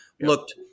looked